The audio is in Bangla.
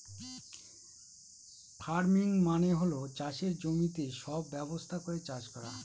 ফার্মিং মানে হল চাষের জমিতে সব ব্যবস্থা করে চাষ করা